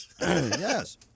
Yes